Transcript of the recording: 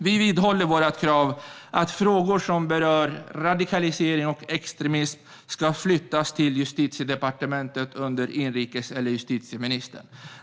Vi vidhåller vårt krav på att frågor som berör radikalisering och extremism ska flyttas till Justitiedepartementet under inrikesministern eller justitieministern.